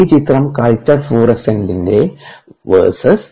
ഈ ചിത്രം കൾച്ചർ ഫ്ലൂറസെൻസീൻറെ vs സമയമാണ്